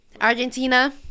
Argentina